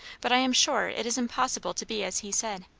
but i am sure it is impossible to be as he said.